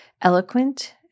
eloquent